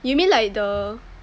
you mean like the